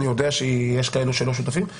אני יודע שיש כאלו שלא שותפים לה